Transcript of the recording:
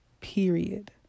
period